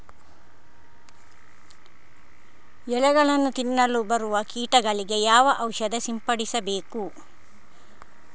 ಎಲೆಗಳನ್ನು ತಿನ್ನಲು ಬರುವ ಕೀಟಗಳಿಗೆ ಯಾವ ಔಷಧ ಸಿಂಪಡಿಸಬೇಕು?